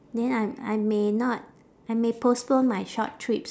then I I may not I may postpone my short trips